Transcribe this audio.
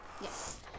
Yes